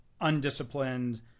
undisciplined